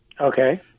Okay